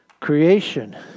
Creation